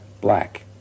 black